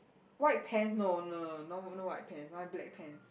white pants no no no no no no white pants one black pants